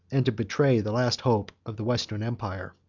and to betray the last hope of the western empire.